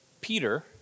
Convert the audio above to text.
Peter